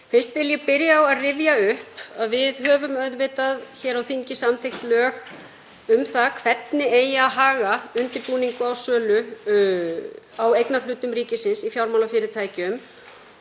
Fyrst vil ég byrja á að rifja upp að við höfum auðvitað hér á þingi samþykkt lög um það hvernig eigi að haga undirbúningi á sölu á eignarhlutum ríkisins í fjármálafyrirtækjum.